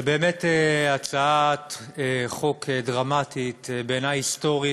זו באמת הצעת חוק דרמטית, בעיני היסטורית,